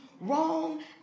wrong